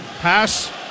Pass